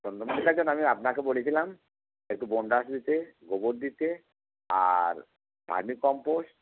চন্দ্রমল্লিকার জন্য আমি আপনাকে বলেছিলাম একটু বোন ডাস্ট দিতে গোবর দিতে আর ভার্মি কম্পোস্ট